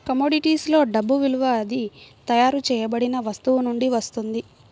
commodities లో డబ్బు విలువ అది తయారు చేయబడిన వస్తువు నుండి వస్తుంది